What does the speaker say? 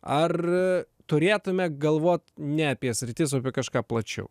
ar turėtume galvot ne apie sritis o kažką plačiau